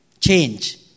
Change